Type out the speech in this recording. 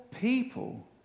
people